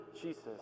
Jesus